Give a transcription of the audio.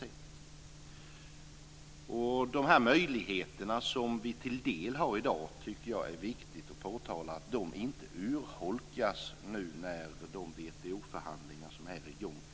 Jag tycker att det är viktigt att påtala att de möjligheter som vi i dag till en del nu har inte urholkas i och med de WTO-förhandlingar som är i gång.